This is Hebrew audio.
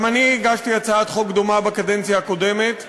גם אני הגשתי הצעת חוק דומה בקדנציה הקודמת,